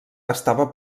estava